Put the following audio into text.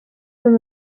than